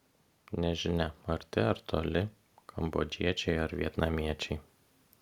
nežinia arti ar toli kambodžiečiai ar vietnamiečiai